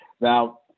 now